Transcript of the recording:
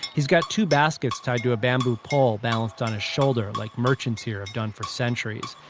he's got two baskets tied to a bamboo pole balanced on his shoulder, like merchants here have done for centuries.